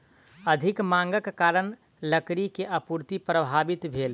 अधिक मांगक कारण लकड़ी के आपूर्ति प्रभावित भेल